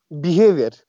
behavior